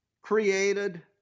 created